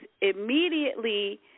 immediately